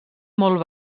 molt